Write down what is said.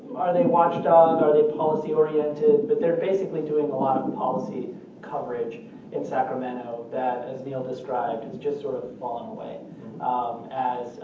they watchdog, are they policy oriented? but they're basically doing a lot of policy coverage in sacramento that, as neil described, has just sort of fallen away as